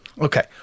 Okay